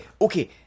okay